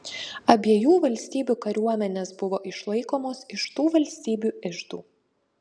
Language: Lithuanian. abiejų valstybių kariuomenės buvo išlaikomos iš tų valstybių iždų